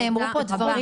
הישיבה ננעלה בשעה